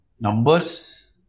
numbers